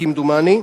כמדומני,